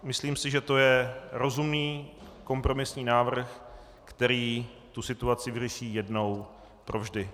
Myslím si, že to je rozumný kompromisní návrh, který tu situaci vyřeší jednou provždy.